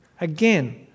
Again